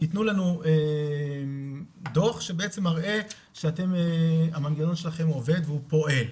תיתנו לנו דוח שמראה שהמנגנון שלכם עובד והוא פועל.